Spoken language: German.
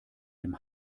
dem